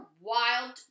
wild